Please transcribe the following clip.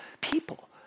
people